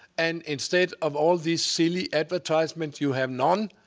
and instead of all these silly advertisements, you have none.